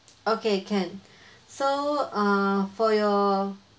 okay can so uh for your